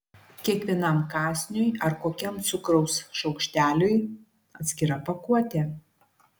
kiekvienam kąsniui ar kokiam cukraus šaukšteliui atskira pakuotė